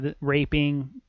Raping